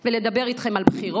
ולדבר איתכם על בחירות,